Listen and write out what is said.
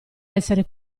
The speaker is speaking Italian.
essere